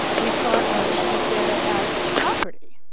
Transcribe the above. we thought of this data as property,